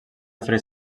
referir